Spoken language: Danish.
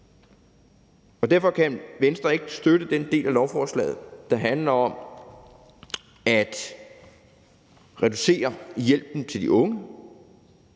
på. Derfor kan Venstre ikke støtte den del af lovforslaget, der handler om at reducere i hjælpen til de unge